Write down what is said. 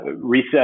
Reset